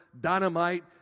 dynamite